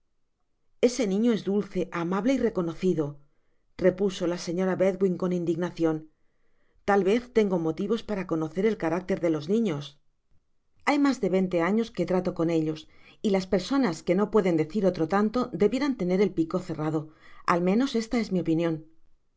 ese niño es dulce amable y reconocido repuso la señora bedwin con indignacion tal vez tengo motivos para conocer el carácter de los niños hay mas do veinte años que trato con ellos y las personas que no pueden decir otro tanto debieran tener el pico cerrado al menos esta es mi opinion